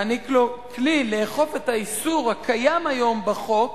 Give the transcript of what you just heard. מעניקה לו כלי לאכוף את האיסור הקיים היום בחוק